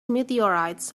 meteorites